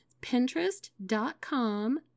Pinterest.com